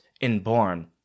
inborn